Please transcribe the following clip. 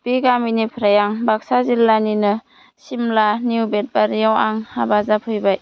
बे गामिनिफ्राय आं बाक्सा जिल्लानिनो सिमला निउ बेदबारियाव आं हाबा जाफैबाय